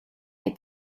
est